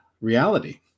reality